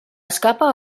escapa